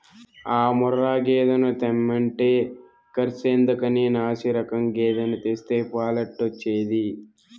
ఆ ముర్రా గేదెను తెమ్మంటే కర్సెందుకని నాశిరకం గేదెను తెస్తే పాలెట్టొచ్చేది